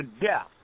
death